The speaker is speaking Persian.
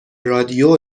رادیو